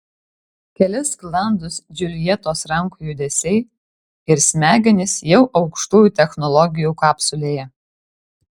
keli sklandūs džiuljetos rankų judesiai ir smegenys jau aukštųjų technologijų kapsulėje